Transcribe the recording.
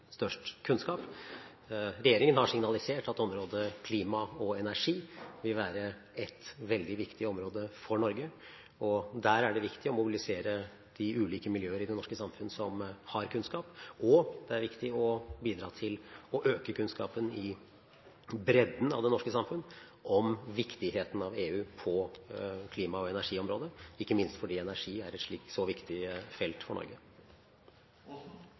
Regjeringen har signalisert at området klima og energi vil være veldig viktig for Norge, og der er det viktig å mobilisere de ulike miljøer i det norske samfunnet som har kunnskap. Det er viktig å bidra til å øke kunnskapen i bredden av det norske samfunnet om viktigheten av EU på klima- og energiområdet, ikke minst fordi energi er et så viktig felt for